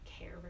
care